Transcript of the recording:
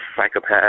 psychopath